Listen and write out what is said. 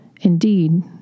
Indeed